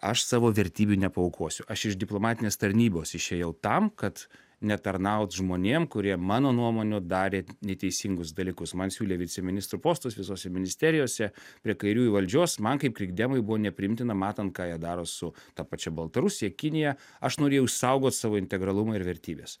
aš savo vertybių nepaaukosiu aš iš diplomatinės tarnybos išėjau tam kad netarnaut žmonėm kurie mano nuomoniu darė neteisingus dalykus man siūlė viceministrų postus visose ministerijose prie kairiųjų valdžios man kaip krikdemui buvo nepriimtina matant ką jie daro su ta pačia baltarusija kinija aš norėjau išsaugot savo integralumą ir vertybes